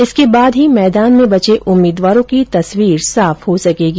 इसके बाद ही मैदान में बचे उम्मीदवारों की तस्वीर साफ हो सकेगी